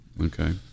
Okay